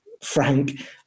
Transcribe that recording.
frank